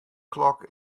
klok